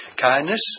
kindness